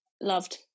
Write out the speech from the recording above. loved